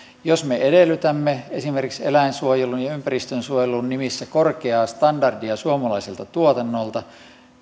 jos me edellytämme esimerkiksi eläinsuojelun ja ympäristönsuojelun nimissä korkeaa standardia suomalaiselta tuotannolta niin